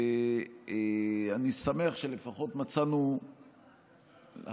אני שמח שלפחות מצאנו היום,